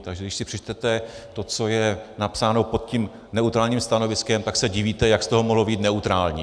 Takže když si přečtete to, co je napsáno pod tím neutrálním stanoviskem, tak se divíte, jak z toho mohlo vyjít neutrální.